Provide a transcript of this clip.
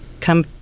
Come